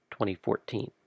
2014